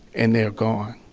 and they're gone.